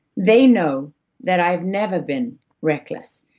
they know that i've never been reckless,